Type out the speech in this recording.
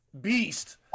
beast